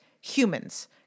humans